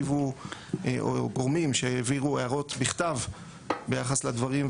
גורמים שהעבירו הערות בכתב ביחס לדברים,